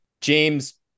James